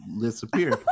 disappear